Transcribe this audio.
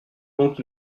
donc